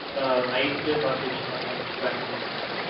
sir ஒரு night party வச்சுக்கலாங்குறமாரி plan பண்ணிருக்கோங்க சார்